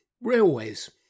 railways